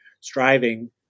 striving